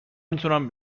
میتونم